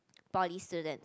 poly student